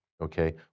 Okay